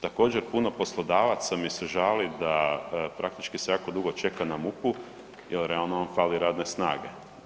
Također, puno poslodavaca mi se žali da praktički se jako dugo čeka na MUP-u jer realno vam fali radne snage.